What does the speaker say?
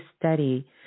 study